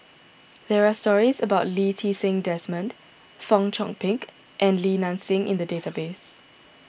there are stories about Lee Ti Seng Desmond Fong Chong Pik and Li Nanxing in the database